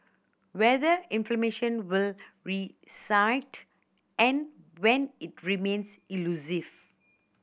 whether information will reset and when remains elusive